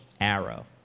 arrow